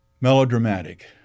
melodramatic